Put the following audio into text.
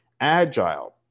agile